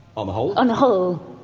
on the whole. on the whole?